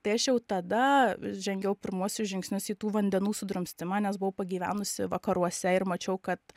tai aš jau tada žengiau pirmuosius žingsnius į tų vandenų sudrumstimą nes buvau pagyvenusi vakaruose ir mačiau kad